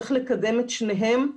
צריך לקדם את שניהם.